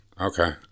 Okay